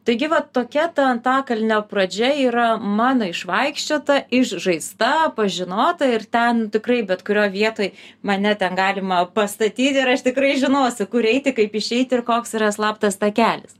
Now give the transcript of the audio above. taigi va tokia ta antakalnio pradžia yra mano išvaikščiota išžaista pažinota ir ten tikrai bet kurio vietoj mane ten galima pastatyti ir aš tikrai žinosiu kur eiti kaip išeiti ir koks yra slaptas takelis